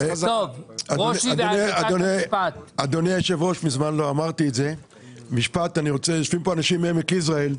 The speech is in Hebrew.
אדוני היושב-ראש, יושבים פה אנשים מעמק יזרעאל.